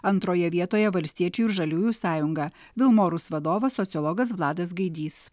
antroje vietoje valstiečių ir žaliųjų sąjunga vilmorus vadovas sociologas vladas gaidys